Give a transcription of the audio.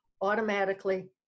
automatically